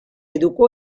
educó